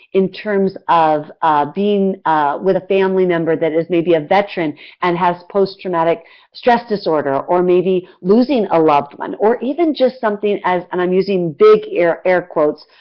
in terms of being with a family member that is maybe a veteran and has post-traumatic stress disorder or maybe losing a loved one or even just something as, and i'm using big air air quotes,